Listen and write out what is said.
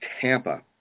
Tampa